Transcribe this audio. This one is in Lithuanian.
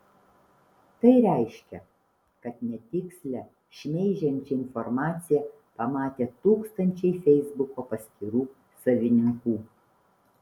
tai reiškia kad netikslią šmeižiančią informaciją pamatė tūkstančiai feisbuko paskyrų savininkų